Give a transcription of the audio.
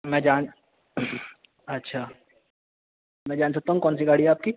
میں جان اچھا میں جان سکتا ہوں کون سی گاڑی ہے آپ کی